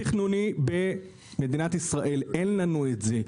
תכנוני, במדינת ישראל אין לנו את זה.